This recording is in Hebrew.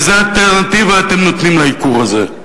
איזו אלטרנטיבה אתם נותנים לייקור הזה?